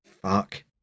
Fuck